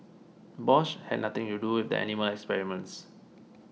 Bosch had nothing to do with the animal experiments